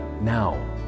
now